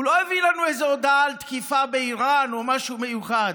הוא לא הביא לנו איזו הודעה על תקיפה באיראן או משהו מיוחד.